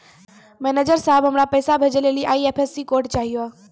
manager साहब, हमरा पैसा भेजै लेली आई.एफ.एस.सी कोड चाहियो